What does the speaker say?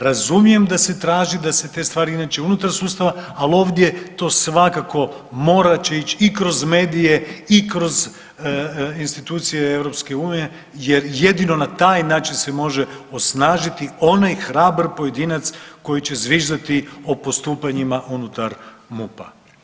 Razumijem da se traži da se te stvari inače unutar sustava, ali ovdje to svakako morat će ić i kroz medije i kroz institucije EU jer jedino na taj način se može osnažiti onaj hrabar pojedinac koji že zviždati o postupanjima unutar MUP-a.